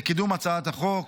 לקידום הצעת החוק,